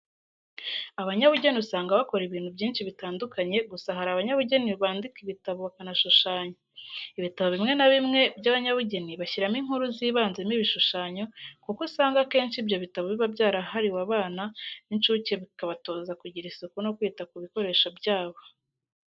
Abanyabugeni usanga bakora ibintu byinshi bitandukanye gusa hari abanyabugeni bandika ibitabo bakanashushanya. Ibitabo bimwe na bimwe by'abanyabugeni bashyiramo inkuru zibanzemo ibishushanyo, kuko usanga akenshi ibyo bitabo biba byarahariwe abana bincuke bikabatoza kugira isuku no kwita ku bikoresho byabo.